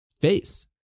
face